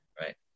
Right